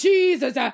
Jesus